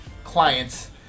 Clients